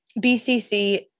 BCC